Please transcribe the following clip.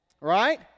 Right